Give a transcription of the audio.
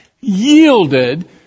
yielded